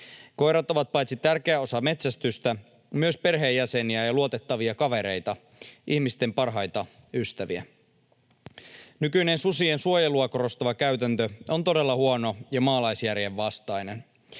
Koirat ovat paitsi tärkeä osa metsästystä myös perheenjäseniä ja luotettavia kavereita, ihmisten parhaita ystäviä. Nykyinen susien suojelua korostava käytäntö on todella huono ja maalaisjärjen vastainen.